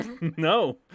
No